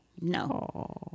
No